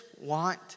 want